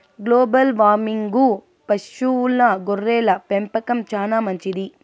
global వార్మింగ్కు పశువుల గొర్రెల పెంపకం చానా మంచిది